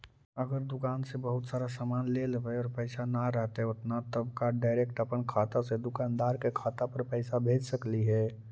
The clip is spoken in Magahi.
अगर दुकान से बहुत सारा सामान ले लेबै और पैसा न रहतै उतना तब का डैरेकट अपन खाता से दुकानदार के खाता पर पैसा भेज सकली हे?